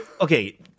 okay